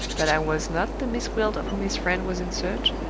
that i was not the miss gwilt of whom his friend was in search?